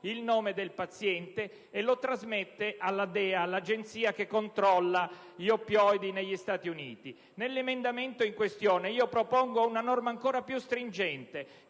il nome del paziente e lo trasmette alla DEA, l'agenzia che controlla gli oppioidi negli Stati Uniti. Nell'emendamento in questione, io propongo una norma ancora più stringente: